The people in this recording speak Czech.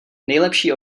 nejlepší